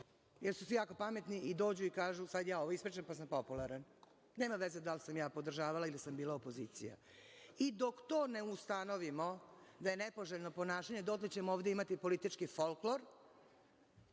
jer su svi jako pametni i dođu i kažu sada ja ovo ispričam jer sam popularan. Nema veze da li sam ja podržavala ili sam bila opozicija. Dok to ne ustanovimo da je nepoželjno ponašanje dotle ćemo ovde imati politički folklor,